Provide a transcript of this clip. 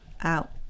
out